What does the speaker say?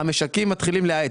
המשקים מתחילים להאט,